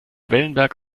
wellenberg